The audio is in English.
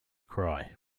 cry